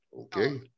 Okay